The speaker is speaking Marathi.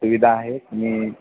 सुविधा आहे तुम्ही